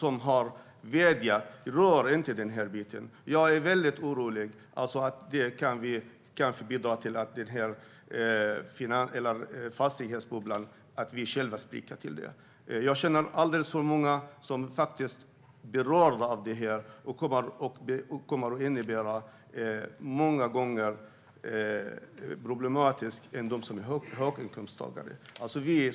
De har vädjat: Rör inte den biten! Jag är orolig över att vi själva kan bidra till att fastighetsbubblan spricker. Jag känner alldeles för många som är berörda av det här. Det skulle bli problematiskt för många av dem som inte är höginkomsttagare.